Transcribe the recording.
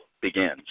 begins